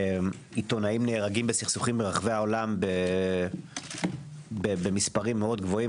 עיתונאים נהרגים בסכסוכים ברחבי העולם במספרים מאוד גבוהים.